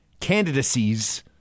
candidacies